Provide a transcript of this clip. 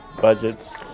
budgets